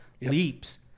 leaps